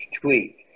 tweet